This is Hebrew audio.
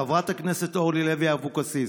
חברת הכנסת אורלי לוי אבקסיס,